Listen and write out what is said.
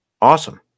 awesome